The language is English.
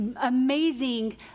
amazing